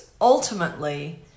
ultimately